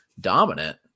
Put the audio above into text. Dominant